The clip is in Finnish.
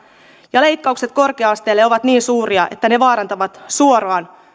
ja leikkaukset korkea asteelle ovat niin suuria että ne vaarantavat suoraan